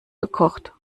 gekocht